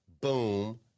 boom